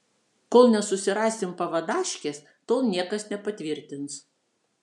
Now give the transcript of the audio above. kol nesusirasim pavadaškės tol niekas nepatvirtins